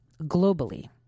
Globally